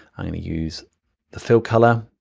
i'm gonna use the fill color,